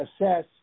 assess